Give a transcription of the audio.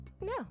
No